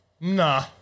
nah